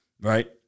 right